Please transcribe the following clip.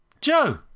Joe